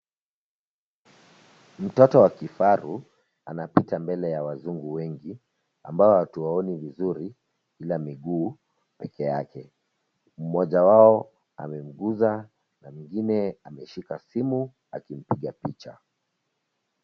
Mtoto wa kifaru anapita mbele ya wazungu wengi amabao hatuwaoni vizuri ila miguu pekeyake, mmoja wao amemguza na mwingine ameshika simu akimpiga picha.